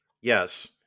yes